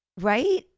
Right